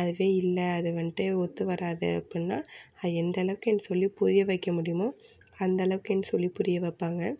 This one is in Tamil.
அதுவே இல்லை அது வந்துட்டு ஒத்து வராது அப்புடின்னா அது எந்தளவுக்கு எனக்குச் சொல்லி புரிய வைக்க முடியுமோ அந்தளவுக்கு எனக்குச் சொல்லி புரிய வைவப்பாங்க